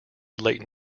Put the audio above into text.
late